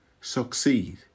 succeed